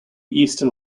eastern